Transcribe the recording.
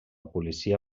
policia